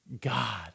God